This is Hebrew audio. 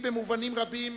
היא במובנים רבים